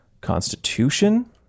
Constitution